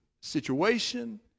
situation